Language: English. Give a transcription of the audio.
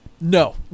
No